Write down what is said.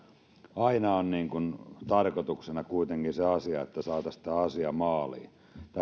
aina on tarkoituksena kuitenkin se asia että saataisiin tämä asia maaliin tämä